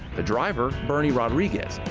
the driver, bernie rodriguez,